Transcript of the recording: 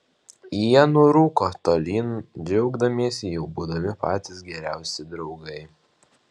jie nurūko tolyn džiaugdamiesi jau būdami patys geriausi draugai